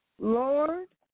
Lord